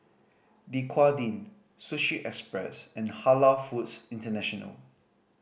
Dequadin Sushi Express and Halal Foods International